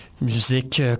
Musique